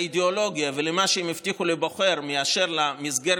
לאידיאולוגיה ולמה שהם הבטיחו לבוחר מאשר למסגרת